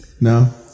No